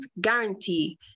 guarantee